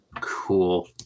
Cool